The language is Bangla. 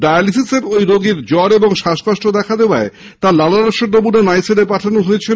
ডায়ালিসিসের ওই রোগীর জ্বর এবং শ্বাসকষ্ট দেখা দেওয়ায় তার লালারসের নমুনা নাইসেডে পাঠানো হয়েছিল